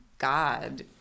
God